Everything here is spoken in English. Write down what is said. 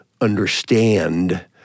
understand